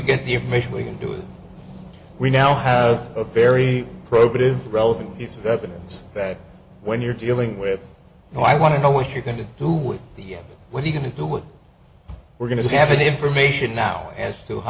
get the information we can do it we now have a very probative relevant piece of evidence that when you're dealing with oh i want to know what you're going to do with the what are you going to do with we're going to have any information now as to how